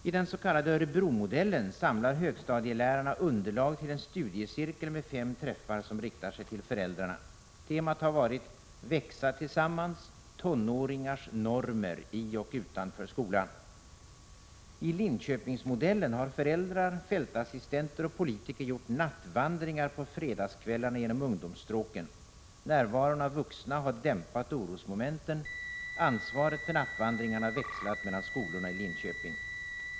I den s.k. Örebromodellen samlar högstadielärarna underlag till en studiecirkel med fem träffar som riktar sig till föräldrarna. Temat har varit ”Växa tillsammans — tonåringars normer i och utanför skolan”. I Linköpingsmodellen har föräldrar, fältassistenter och politiker gjort ”nattvandringar” på fredagskvällarna genom ungdomsstråken. Närvaron av vuxna har dämpat orosmomenten. Ansvaret för nattvandringarna har växlat mellan skolorna i Linköping.